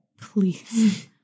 please